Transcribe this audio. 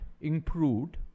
improved